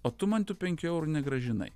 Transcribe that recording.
o tu man tų penkių eurų negrąžinai